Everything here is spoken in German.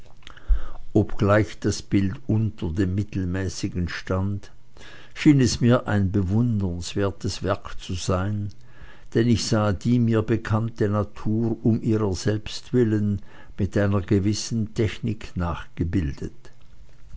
obgleich das bild unter dem mittelmäßigen stand schien es mir ein bewundernswertes werk zu sein denn ich sah die mir bekannte natur um ihrer selbst willen mit einer gewissen technik nachgebildet